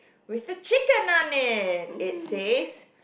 where's the chicken on it it says